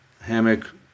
hammock